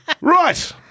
Right